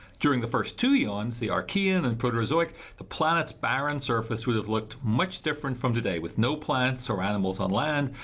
during the first two eons, the archean and proterozoic, the planet's barren surface would have looked much different from today, with no plants or animals on land,